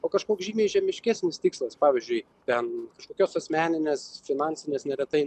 o kažkoks žymiai žemiškesnis tikslas pavyzdžiui ten kažkokios asmeninės finansinės neretai